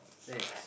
next